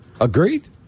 Agreed